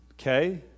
Okay